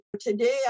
today